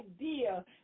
idea